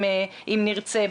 אם נרצה,